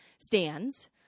stands